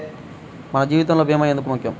మన జీవితములో భీమా ఎందుకు ముఖ్యం?